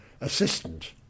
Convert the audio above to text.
assistant